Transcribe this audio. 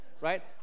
Right